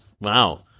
Wow